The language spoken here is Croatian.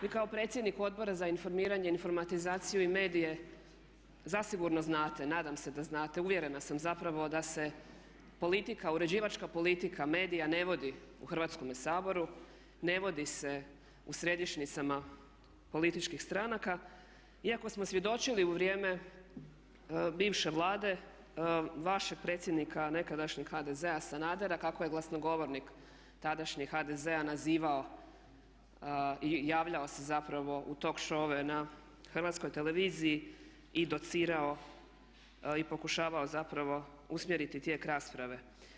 Vi kao predsjednik Odbora za informiranje, informatizaciju i medije zasigurno znate, nadam se da znate, uvjerena sam zapravo da se politika, uređivačka politika medija ne vodi u Hrvatskome saboru, ne vodi se u središnjicama političkih stranaka iako smo svjedočili u vrijeme bivše Vlade vašeg predsjednika nekadašnjeg HDZ-a Sanadera kako je glasnogovornik tadašnjeg HDZ-a nazivao i javljao se zapravo u talk showove na hrvatskoj televiziji i docirao i pokušavao zapravo usmjeriti tijek rasprave.